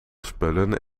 spullen